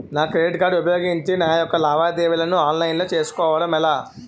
నా credit card ఉపయోగించి నా యెక్క లావాదేవీలను ఆన్లైన్ లో చేసుకోవడం ఎలా?